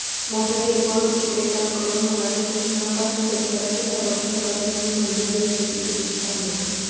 मोठ्या किरकोळ विक्रेत्यांकडून होणाऱ्या शोषणापासून शेतकऱ्यांचे संरक्षण करणे हे मंडी व्यवस्थेचे उद्दिष्ट आहे